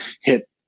hit